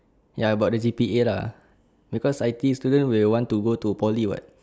ya about the G_P_A lah because I_T_E student will want to go poly [what]